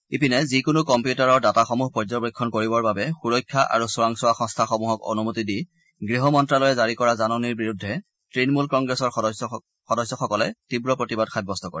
ইপিনে যিকোনো কম্পিউটাৰৰ ডাটাসমূহ পৰ্যবেক্ষণ কৰিবৰ বাবে সুৰক্ষা আৰু চোৰাংচোৱা সংস্থাসমূহক অনূমতি দি গৃহ মন্ত্যালয়ে জাৰি কৰা জাননীৰ বিৰুদ্ধে তৃণমূল কংগ্ৰেছৰ সাংসদসকলে তীৱ প্ৰতিবাদ সাব্যস্ত কৰে